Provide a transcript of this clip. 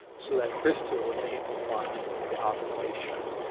so that crystal is amplifying the oscillation,